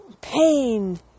pain